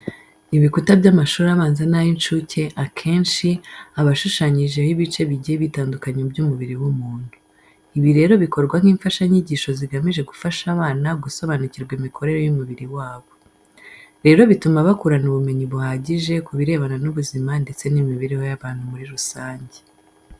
Ibikuta by'amashuri abanza n'ay'incuke akenshi aba ashushanyijeho ibice bigiye bitandukanye by'umubiri w'umuntu. Ibi rero bikorwa nk'imfashanyigisho zigamije gufasha abana gusobanukirwa imikorere y'umubiri wabo. Rero bituma bakurana ubumenyi buhagije ku birebana n'ubuzima ndetse n'imibereho y'abantu muri rusange.